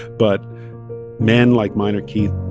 but men like minor keith,